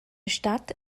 stadt